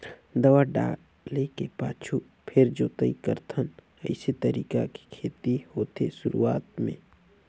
दवा डाले के पाछू फेर जोताई करथन अइसे तरीका के खेती होथे शुरूआत में